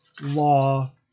law